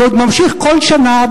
שעוד ממשיך כל שנה,